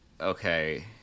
Okay